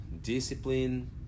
discipline